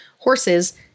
horses